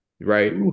right